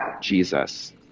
Jesus